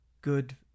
good